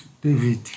David